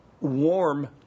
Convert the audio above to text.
warm